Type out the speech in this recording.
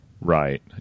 Right